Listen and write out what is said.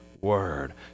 Word